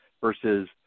versus